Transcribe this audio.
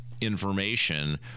information